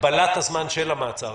הגבלת הזמן שלה מעצר,